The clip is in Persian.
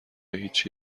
هیچی